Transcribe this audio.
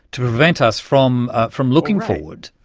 to prevent us from ah from looking forward.